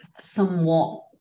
somewhat